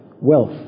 Wealth